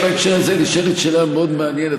בהקשר הזה נשאלת שאלה מאוד מעניינת.